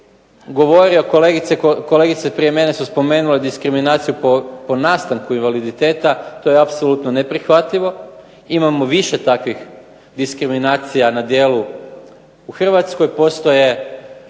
govorio kolegice prije mene su spomenule diskriminaciju po nastanku invaliditeta, to je apsolutno neprihvatljivo. Imamo više takvih diskriminacija na djelu u Hrvatskoj. Postoje